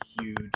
huge